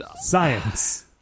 Science